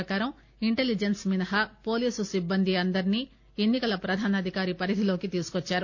ప్రకారం ఇంటెలిజెస్స్ మినహా పోలీస్ సిబ్బంది అందర్ని ఎన్నికల ప్రధాన అధికారి పరిధిలోకి తీసుకువచ్చారు